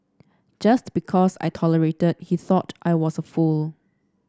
just because I tolerated he thought I was a fool